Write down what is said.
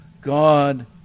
God